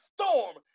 storm